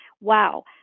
wow